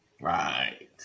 Right